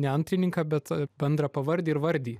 ne antrininką bet bendrapavardį ir vardį